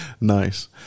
Nice